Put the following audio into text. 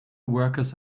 workers